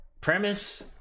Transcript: Premise